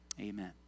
amen